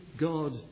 God